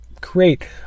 create